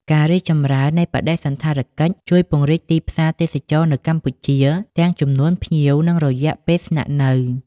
ការរីកចម្រើននៃបដិសណ្ឋារកិច្ចជួយពង្រីកទីផ្សារទេសចរណ៍នៅកម្ពុជា ទាំងចំនួនភ្ញៀវ និងរយៈពេលស្នាក់នៅ។